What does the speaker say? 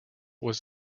was